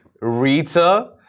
Rita